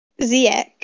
Ziek